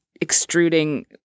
extruding